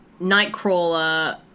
Nightcrawler